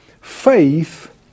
faith